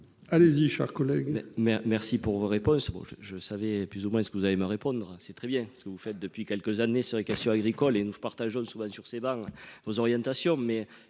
allez-y chers collègues.